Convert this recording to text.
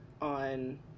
on